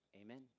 Amen